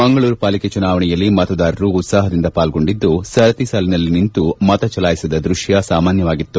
ಮಂಗಳೂರು ಪಾಲಿಕೆ ಚುನಾವಣೆಯಲ್ಲಿ ಮತದಾರರು ಉತ್ಸಾಹದಿಂದ ಪಾಲ್ಗೊಂಡಿದ್ದು ಸರತಿ ಸಾಲಿನಲ್ಲಿ ನಿಂತು ಮತ ಚಲಾಯಿಸಿದ ದ್ವಶ್ಯ ಸಾಮಾನ್ಯವಾಗಿತ್ತು